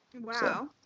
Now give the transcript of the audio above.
Wow